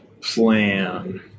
plan